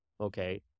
Okay